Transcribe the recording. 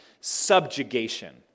subjugation